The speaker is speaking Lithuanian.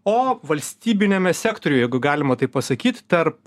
o valstybiniame sektoriuj jeigu galima taip pasakyt tarp